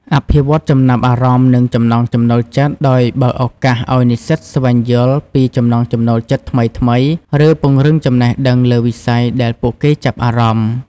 អភិវឌ្ឍន៍ចំណាប់អារម្មណ៍ និងចំណង់ចំណូលចិត្ត ដោយបើកឱកាសឱ្យនិស្សិតស្វែងយល់ពីចំណង់ចំណូលចិត្តថ្មីៗ ឬពង្រឹងចំណេះដឹងលើវិស័យដែលពួកគេចាប់អារម្មណ៍។